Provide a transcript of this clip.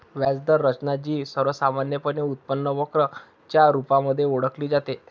व्याज दर रचना, जी सर्वसामान्यपणे उत्पन्न वक्र च्या रुपामध्ये ओळखली जाते